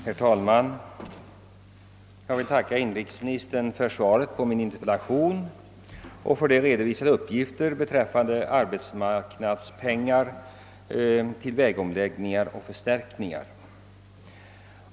Herr talman! Jag vill tacka inrikesministern för svaret på min interpellation och för de däri redovisade uppgifterna om vilka summor som via arbetsmarknadsanslagen gått till omläggningsoch förbättringsarbeten på vägar.